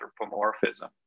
anthropomorphism